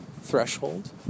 threshold